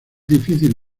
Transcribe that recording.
difícil